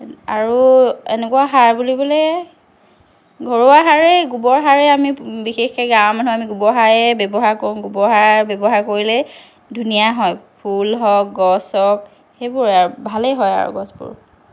আৰু এনেকুৱা সাৰ বুলিবলৈ ঘৰুৱা সাৰেই গোবৰ সাৰেই আমি বিশেষকৈ গাঁৱৰ মানুহ আমি গোবৰ সাৰেই ব্যৱহাৰ কৰোঁ গোবৰ সাৰ ব্যৱহাৰ কৰিলেই ধুনীয়া হয় ফুল হওঁক গছ হওঁক সেইবোৰেই আৰু ভালেই হয় আৰু গছবোৰ